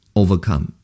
overcome